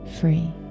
Free